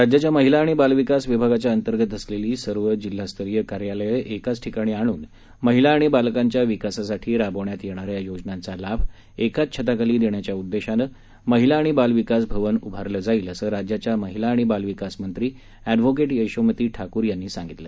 राज्याच्या महिला आणि बालविकास विभागाच्या अंतर्गत असलेली सर्व जिल्हास्तरीय कार्यालयं एकाच ठिकाणी आणून महिला आणि बालकांच्या विकासासाठी राबवण्यात येणाऱ्या योजनांचा लाभ एकाच छताखाली देण्याच्या उद्देशानं महिला आणि बाल विकास भवन उभारण्यात येईल असं राज्याच्या महिला आणि बाल विकास मंत्री एड यशोमती ठाकूर यांनी सांगितलं